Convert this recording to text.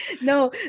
No